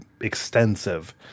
extensive